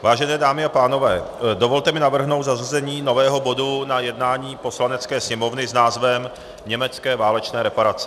Vážené dámy a pánové, dovolte mi navrhnout zařazení nového bodu na jednání Poslanecké sněmovny s názvem Německé válečné reparace.